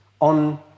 on